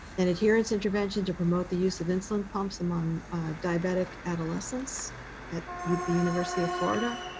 and adherence intervention to promote the use of insulin pumps among diabetic adolescents at the university of florida,